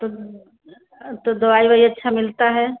तो तो दवाई ओवाई अच्छा मिलता है